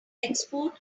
export